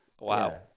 Wow